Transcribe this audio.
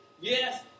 Yes